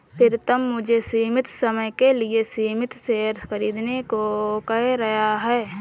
प्रितम मुझे सीमित समय के लिए सीमित शेयर खरीदने को कह रहा हैं